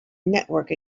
network